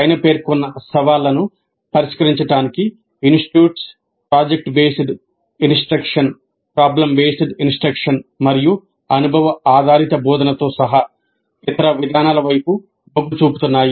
పైన పేర్కొన్న సవాళ్లను పరిష్కరించడానికి institutes project based instruction problem based instruction మరియు అనుభవ ఆధారిత బోధనతో సహా ఇతర విధానాల వైపు మొగ్గు చూపుతున్నాయి